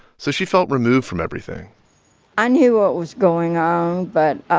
so she felt removed from everything i knew what was going on, but